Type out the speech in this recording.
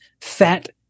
fat